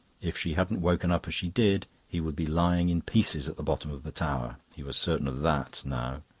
if she hadn't woken up as she did, he would be lying in pieces at the bottom of the tower he was certain of that, now.